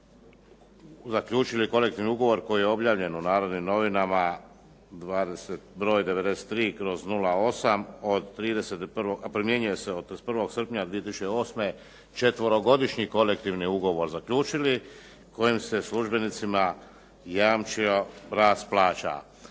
zaključili kolektivni ugovor koji je objavljen u "Narodnim novinama" br. 93/08, a primjenjuje se od 31. srpnja 2008., četverogodišnji kolektivni ugovor zaključili kojim se službenicima jamčio rast plaća.